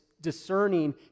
discerning